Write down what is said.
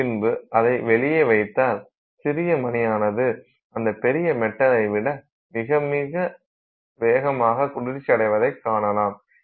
பின்பு அதை வெளியே வைத்தால் சிறிய மணியானது அந்த பெரிய மெட்டலை விட மிக வேகமாக குளிர்ச்சியடைவதைக் காணலாம்